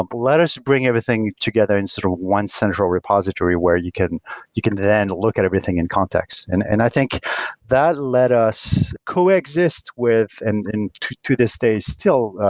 um let us bring everything together in sort of one central repository where you can you can then look at everything in context. and and i think that led us coexist with and to to this day still,